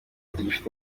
tugifite